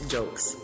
Jokes